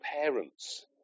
parents